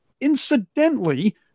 incidentally